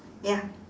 ya